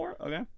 Okay